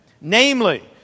namely